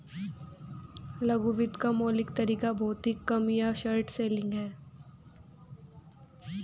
लघु वित्त का मौलिक तरीका भौतिक कम या शॉर्ट सेलिंग है